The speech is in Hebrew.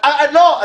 לא.